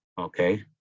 okay